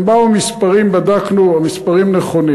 הם באו עם מספרים, ובדקנו והמספרים נכונים.